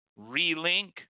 relink